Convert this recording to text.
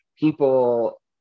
people